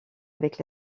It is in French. avec